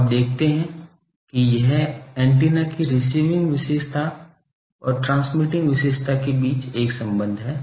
तो आप देखते हैं कि यह एंटीना की रिसीविंग विशेषता और ट्रांसमिटिंग विशेषता के बीच एक संबंध है